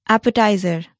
Appetizer